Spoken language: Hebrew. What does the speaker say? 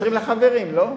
מתקשרים לחברים, לא?